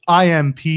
IMP